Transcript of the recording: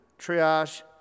triage